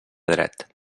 dret